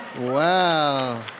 wow